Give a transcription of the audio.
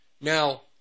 Now